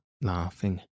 laughing